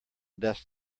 desk